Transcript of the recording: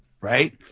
right